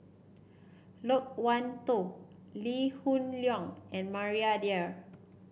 Loke Wan Tho Lee Hoon Leong and Maria Dyer